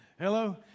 Hello